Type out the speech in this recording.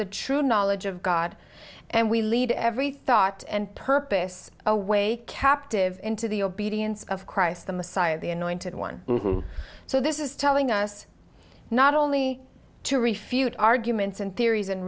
the true knowledge of god and we lead every thought and purpose away captive into the obedience of christ the messiah the anointed one so this is telling us not only to refute arguments and theories and